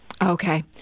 Okay